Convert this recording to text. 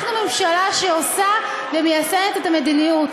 אנחנו ממשלה שעושה ומיישמת את המדיניות.